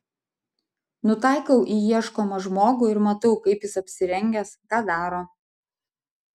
nutaikau į ieškomą žmogų ir matau kaip jis apsirengęs ką daro